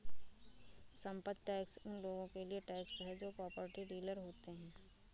संपत्ति टैक्स उन लोगों के लिए टैक्स है जो प्रॉपर्टी डीलर होते हैं